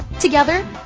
Together